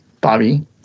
Bobby